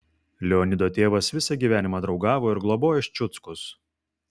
leonido tėvas visą gyvenimą draugavo ir globojo ščiuckus